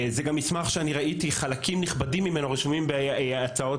זה גם מסמך שראיתי חלקים נכבדים ממנו רשומים בהצעות